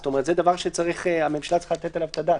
זאת אומרת שזה דבר שהממשלה צריכה לתת עליו את הדעת.